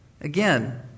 again